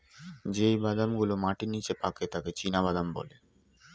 যেই বাদাম গুলো মাটির নিচে পাকে তাকে চীনাবাদাম বলে